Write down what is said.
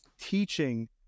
teaching